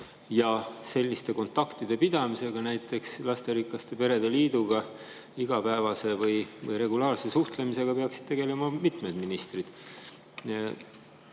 ja selliste kontaktide pidamisega, näiteks lasterikaste perede liiduga igapäevase või regulaarse suhtlemisega peaksid tegelema mitmed ministrid.